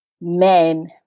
men